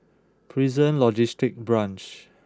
Prison Logistic Branch